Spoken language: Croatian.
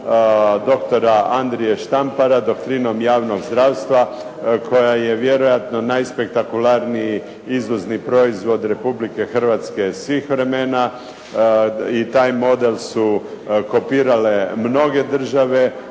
doktora Andrije Štampara, doktrinom javnog zdravstva koja je vjerojatno najspektakularniji izvozni proizvod Republike Hrvatske svih vremena i taj model su kopirale mnoge države,